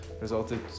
resulted